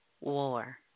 war